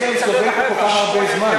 מסכן, הוא סובל פה כל כך הרבה זמן.